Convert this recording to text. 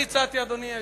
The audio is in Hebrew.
הצעתי, אדוני היושב-ראש,